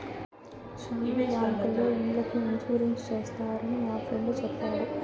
శ్యానా బ్యాంకుల్లో ఇండ్లకి ఇన్సూరెన్స్ చేస్తారని నా ఫ్రెండు చెప్పాడు